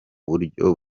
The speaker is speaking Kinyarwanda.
buryo